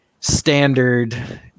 standard